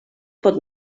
pot